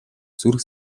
зүрх